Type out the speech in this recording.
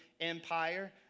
Empire